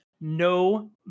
no